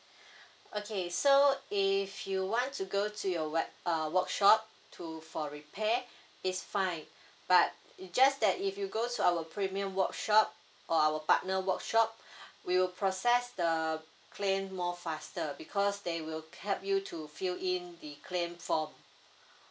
okay so if you want to go to your web~ uh workshop to for repair it's fine but it just that if you go to our premium workshop or our partner workshop we will process the claim more faster because they will help you to fill in the claim form